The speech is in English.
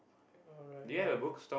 alright ya